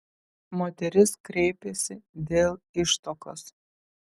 moteris kreipėsi dėl ištuokos